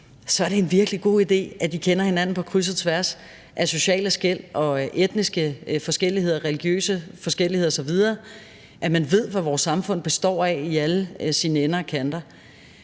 så er det en virkelig god idé, at man kender hinanden på kryds og tværs af sociale skel, etniske forskelligheder, religiøse forskelligheder osv., og at man ved, hvad vores samfund består af i alle ender og kanter.